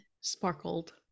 sparkled